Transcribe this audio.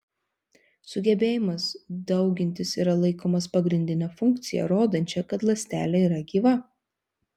sugebėjimas daugintis yra laikomas pagrindine funkcija rodančia kad ląstelė yra gyva